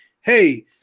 hey